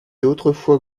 autrefois